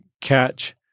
catch